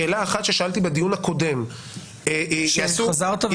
שאלה אחת ששאלתי בדיון הקודם --- שחזרת ושאלת.